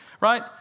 Right